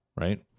Right